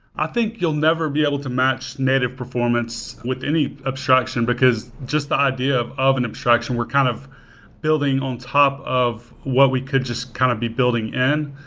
i think you'll never be able to match native performance with any abstraction, because just the idea of of an abstraction, we're kind of building on top of what we could just kind of be building in.